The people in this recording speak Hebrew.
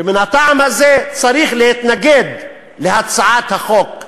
ומן הטעם הזה, צריך להתנגד להצעת החוק,